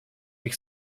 ich